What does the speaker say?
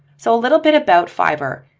so a little bit about fiverr.